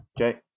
Okay